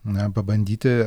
na pabandyti